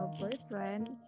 boyfriend